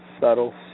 subtle